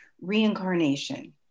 reincarnation